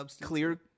clear